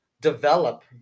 develop